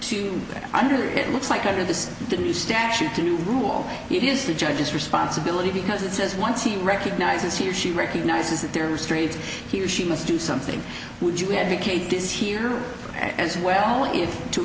to under it looks like under this new statute the new rule it is the judge's responsibility because it says once he recognizes he or she recognizes that there are street he or she must do something would you advocate this here as well i